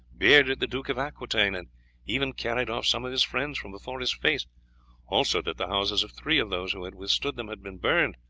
bearded the duke of aquitaine, and even carried off some of his friends from before his face also that the houses of three of those who had withstood them had been burned,